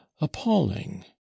appalling